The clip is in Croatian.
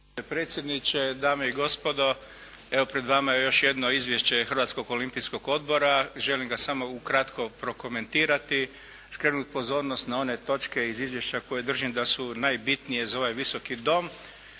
predsjedniče, dame i gospodo. Evo pred vama je još jedno izvješće Hrvatskog olimpijskog odbora. Želim ga samo ukratko prokomentirati, skrenuti pozornost na one točke iz izvješća koje držim da su najbitnije za ovaj Visoki dom.